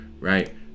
right